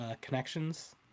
connections